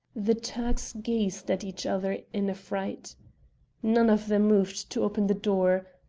the turks gazed at each other in affright. none of them moved to open the door.